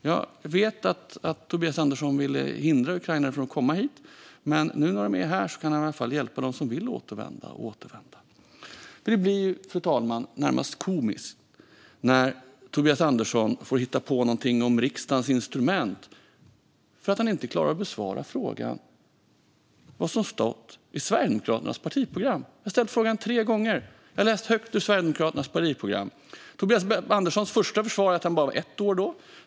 Jag vet att Tobias Andersson ville hindra ukrainare från att komma hit. Men nu när de är här kan han i alla fall hjälpa dem som vill återvända att göra det. Fru talman! Det blir närmast komiskt när Tobias Andersson får hitta på någonting om riksdagens instrument för att han inte klarar att besvara frågan om vad som har stått i Sverigedemokraternas partiprogram. Jag har ställt frågan tre gånger. Jag har läst högt ur Sverigedemokraternas partiprogram. Tobias Anderssons första försvar var att han var bara ett år då.